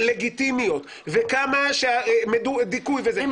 לגיטימיות וכמה שהיה דיכוי --- אי אפשר לנתק את זה מזה.